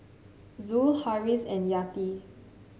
Zul Harris and Yati